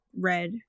red